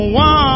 one